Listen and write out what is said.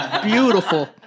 Beautiful